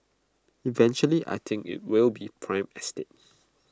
eventually I think IT will be prime estate